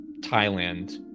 thailand